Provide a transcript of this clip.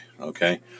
Okay